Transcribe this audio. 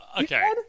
Okay